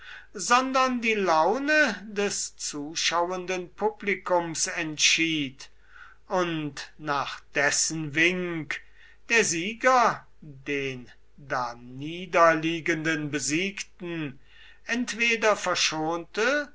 sondern die laune des zuschauenden publikums entschied und nach dessen wink der sieger den daniederliegenden besiegten entweder verschonte